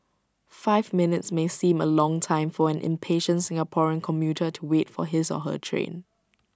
five minutes may seem A long time for an impatient Singaporean commuter to wait for his or her train